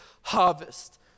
harvest